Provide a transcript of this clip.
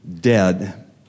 dead